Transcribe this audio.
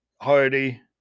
Hardy